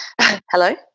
hello